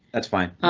that's fine.